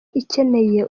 ikeneye